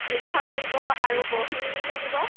এইকেইখন লাগিব আৰু বহী লাগিব